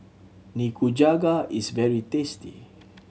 nikujaga is very tasty